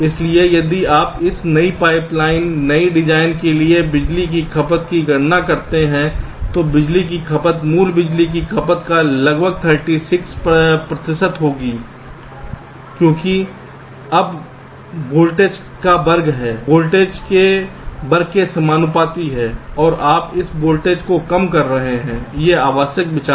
इसलिए यदि आप इस नई पाइपलाइन नई डिजाइन के लिए बिजली की खपत की गणना करते हैं तो बिजली की खपत मूल बिजली की खपत का लगभग 36 प्रतिशत थी क्योंकि यह वोल्टेज का वर्ग है वोल्टेज के वर्ग के समानुपाती है और आप इस वोल्टेज को कम कर रहे हैं यह आवश्यक विचार है